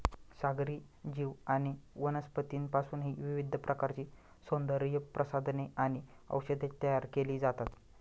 सागरी जीव आणि वनस्पतींपासूनही विविध प्रकारची सौंदर्यप्रसाधने आणि औषधे तयार केली जातात